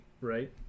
right